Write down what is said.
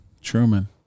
Truman